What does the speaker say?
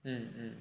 mm mm